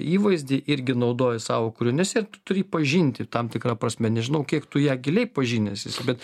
įvaizdį irgi naudoji savo kūriniuose turi pažinti tam tikra prasme nežinau kiek tu ją giliai pažinęs esi bet